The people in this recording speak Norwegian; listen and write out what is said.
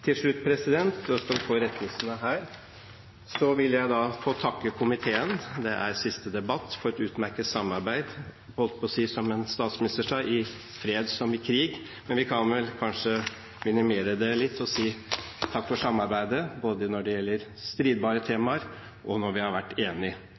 Til slutt vil jeg få takke komiteen, det er siste debatt, for et utmerket samarbeid – jeg holdt på å si som en statsminister sa – i fred som i krig, men vi kan vel kanskje minimere det litt og si: Takk for samarbeidet, både når det gjelder stridbare